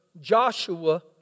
Joshua